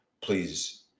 please